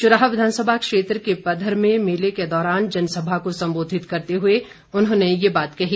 चुराह विधानसभा क्षेत्र के पधर में मेले के दौरान जनसभा को संबोधित करते हुए उन्होंने ये बात कही